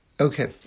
okay